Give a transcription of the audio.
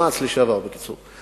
מע"צ לשעבר, בקיצור.